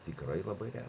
tikrai labai reta